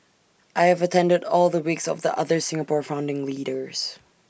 I have attended all the wakes of the other Singapore founding leaders